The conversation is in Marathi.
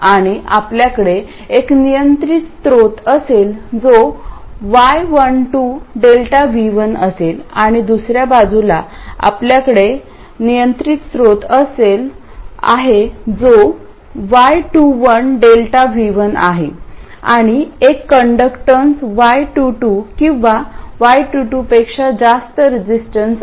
आणि आपल्याकडे एक नियंत्रण स्त्रोत असेल जो y12 Δ V2 असेल आणि दुसर्या बाजूला आपल्याकडे एक नियंत्रण स्रोत आहे जो y21 Δ V1 आहे आणि एक कण्डक्टॅन्स y22 किंवा y22 पेक्षा जास्त रजिस्टन्स आहे